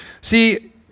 See